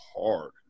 hard